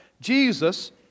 Jesus